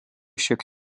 šiek